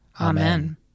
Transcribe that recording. Amen